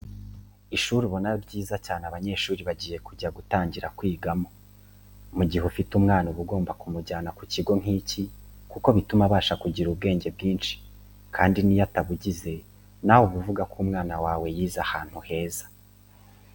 Ishuri ubona ryiza cyane abanyeshuri bagiye kujya gutangira kwigamo. Mu gihe ufite umwana uba ugomba kumujyana ku kigo nk'iki kuko bituma abasha kugira ubwenge bwinshi kandi niyo atabugize nawe uba uvuga ko umwana wawe yize ahantu heza.